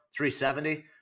370